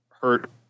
hurt